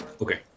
Okay